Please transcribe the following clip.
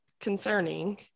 concerning